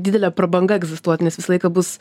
didelė prabanga egzistuot nes visą laiką bus